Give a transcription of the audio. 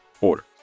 order